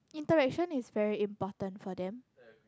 interaction is very important for them